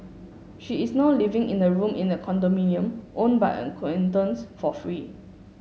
she is now living in a room in a condominium owned by acquaintance for free